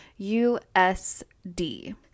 usd